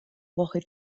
woche